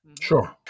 Sure